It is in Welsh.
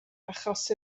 achos